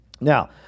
Now